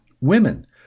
women